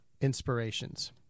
inspirations